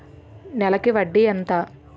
నెలకి వడ్డీ ఎంత?